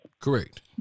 Correct